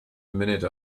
minute